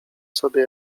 sobie